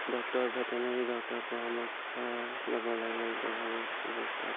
doctor veterinary ডক্তৰৰ পৰামৰ্শ ল'ব লাগে গৰ্ভৱতী অৱস্থাত